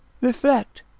Reflect